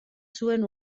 zuen